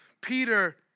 Peter